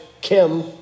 Kim